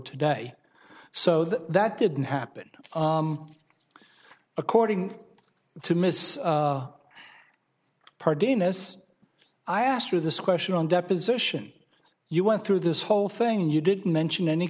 today so that that didn't happen according to miss davis i asked you this question on deposition you went through this whole thing you didn't mention any